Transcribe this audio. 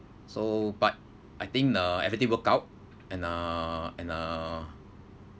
so but I think uh everything worked out and uh and uh